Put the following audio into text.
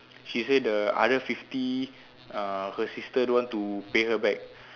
she say the other fifty uh her sister don't want to pay her back